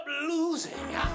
losing